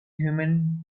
human